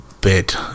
bit